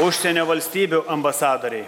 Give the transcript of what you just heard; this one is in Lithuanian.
užsienio valstybių ambasadoriai